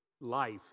life